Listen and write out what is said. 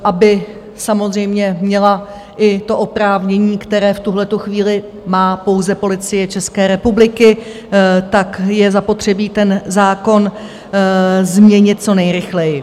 Aby samozřejmě měla i oprávnění, které v tuhletu chvíli má pouze Policie České republiky, je zapotřebí ten zákon změnit co nejrychleji.